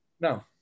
no